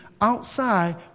outside